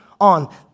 on